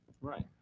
right